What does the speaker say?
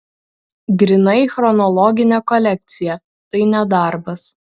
grynai chronologinė kolekcija tai ne darbas